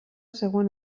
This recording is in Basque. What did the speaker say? zegoen